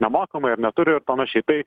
nemokamai ar neturi ir panašiai tai